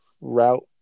route